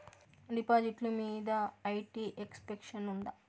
డిపాజిట్లు మీద IT exemption ఉందా?